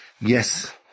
yes